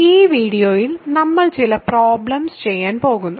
ഈ വീഡിയോയിൽ നമ്മൾ ചില പ്രോബ്ലെംസ് ചെയ്യാൻ പോകുന്നു